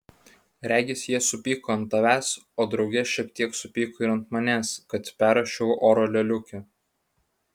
regis jie supyko ant tavęs o drauge šiek tiek supyko ir ant manęs kad perrašiau oro lėliukę